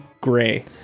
gray